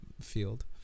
field